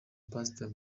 pastor